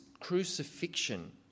crucifixion